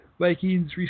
Vikings